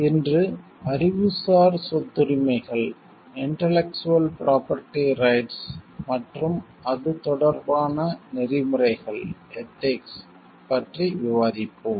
இன்று அறிவுசார் சொத்துரிமைகள் இன்டெலக்ஸுவல் ப்ரொபெர்ட்டி ரைட்ஸ் மற்றும் அது தொடர்பான நெறிமுறைகள் எதிக்ஸ் பற்றி விவாதிப்போம்